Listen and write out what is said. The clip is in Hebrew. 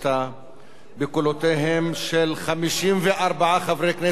בקולותיהם של 54 חברי כנסת שהתנגדו,